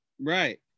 Right